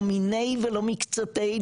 לא מיני ולא מקצתי,